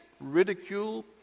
Ridicule